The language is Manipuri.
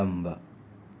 ꯇꯝꯕ